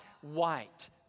white